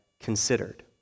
considered